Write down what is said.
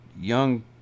young